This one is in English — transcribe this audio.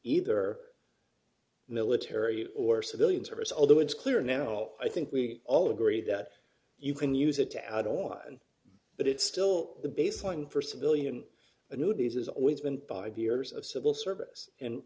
either military or ready civilian service although it's clear now well i think we all agree that you can use it to out oil but it's still the baseline for civilian annuities has always been five years of civil service and